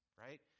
right